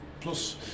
plus